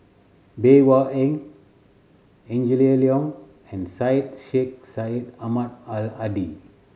Bey Hua Heng Angela Liong and Syed Sheikh Syed Ahmad Al Hadi